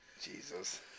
Jesus